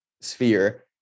sphere